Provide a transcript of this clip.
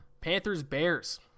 Panthers-Bears